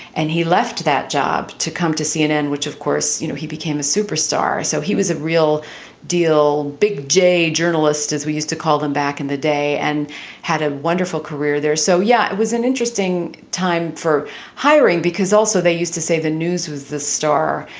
and he left that job to come to cnn, which, of course, you know, he became a superstar. so he was a real deal. big j journalist, as we used to call them back in the day and had a wonderful career there. so, yeah, it was an interesting time for hiring because also they used to say the news was the star.